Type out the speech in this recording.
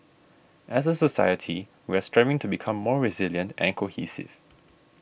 as a society we are striving to become more resilient and cohesive